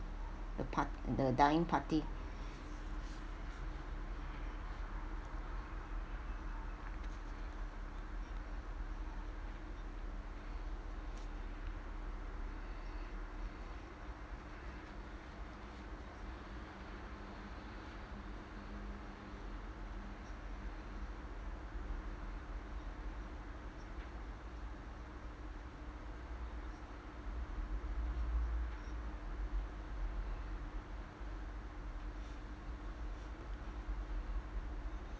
the part~ the dying party